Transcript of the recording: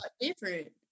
different